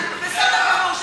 לדבר.